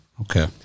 okay